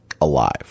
alive